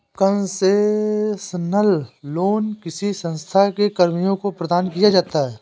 concessional loan किसी संस्था के कर्मियों को प्रदान किया जाता है